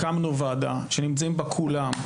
הקמנו ועדה שנמצאים בה כולם.